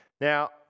Now